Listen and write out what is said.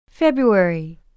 February